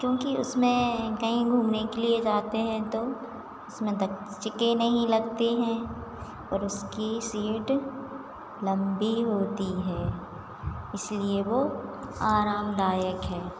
क्योंकि उसमें कहीं घूमने के लिए जाते हैं तो उसमें चिके नहीं लगते हैं और उसकी सीट लम्बी होती है इसीलिए वह आरामदायक है